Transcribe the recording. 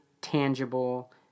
tangible